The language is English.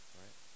right